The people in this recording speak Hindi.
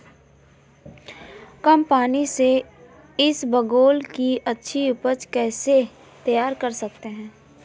कम पानी से इसबगोल की अच्छी ऊपज कैसे तैयार कर सकते हैं?